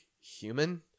human